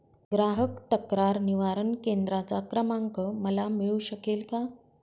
ग्राहक तक्रार निवारण केंद्राचा क्रमांक मला मिळू शकेल का?